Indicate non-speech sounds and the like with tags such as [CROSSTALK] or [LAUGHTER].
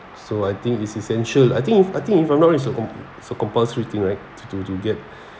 so I think it's essential I think if I think if I'm not it's a com~ it's a compulsory thing right to to to get [BREATH]